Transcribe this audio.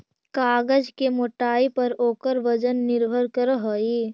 कागज के मोटाई पर ओकर वजन निर्भर करऽ हई